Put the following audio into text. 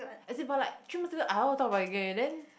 as in for like three month I won't talk about it again then